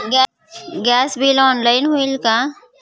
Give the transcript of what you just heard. Gas bill online होईल का?